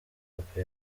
papa